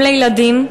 אם לילדים,